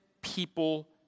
people